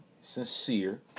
sincere